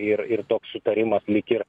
ir ir toks sutarimas lyg ir